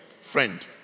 friend